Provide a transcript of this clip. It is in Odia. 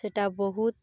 ସେଇଟା ବହୁତ